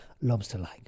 lobster-like